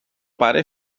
para